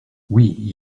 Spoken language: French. oui